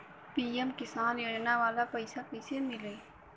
PM Kisan योजना वाला पैसा कईसे मिली?